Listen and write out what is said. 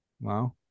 wow